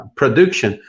production